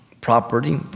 property